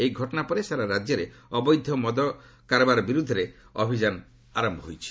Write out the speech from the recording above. ଏହି ଘଟଣା ପରେ ସାରା ରାକ୍ୟରେ ଅବୈଧ ମଦ୍ୟବେପାର ବିରୁଦ୍ଧରେ ଅଭିଯାନ ଆରମ୍ଭ ହୋଇଛି